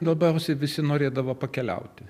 labiausiai visi norėdavo pakeliauti